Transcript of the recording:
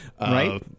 right